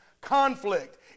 conflict